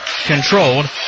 controlled